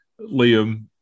Liam